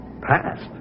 Past